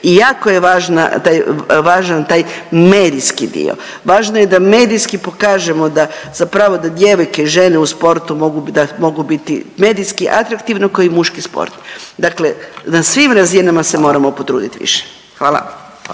i jako je važan taj medijski dio. Važno je da medijski pokažemo da zapravo da djevojke i žene u sportu da mogu biti medijski atraktivno ko i muški sport. Dakle, na svim razinama se moramo potruditi više. Hvala.